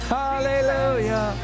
hallelujah